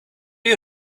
you